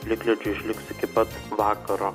plikledžiu išliks iki pat vakaro